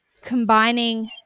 combining